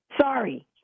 Sorry